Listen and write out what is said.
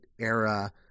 era